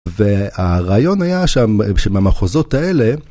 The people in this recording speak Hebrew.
והרעיון היה שבמחוזות האלה